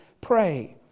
pray